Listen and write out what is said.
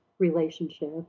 relationship